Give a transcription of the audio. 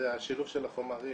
זה שילוב של החומרים.